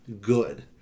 good